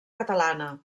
catalana